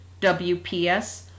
WPS